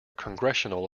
congressional